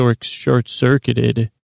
short-circuited